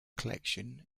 collection